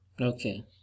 Okay